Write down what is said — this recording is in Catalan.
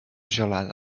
gelada